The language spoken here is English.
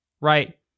right